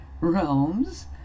realms